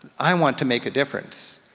i want to make a difference.